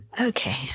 Okay